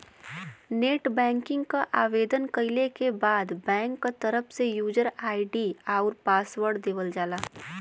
net banking क आवेदन कइले के बाद बैंक क तरफ से यूजर आई.डी आउर पासवर्ड देवल जाला